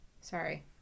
Sorry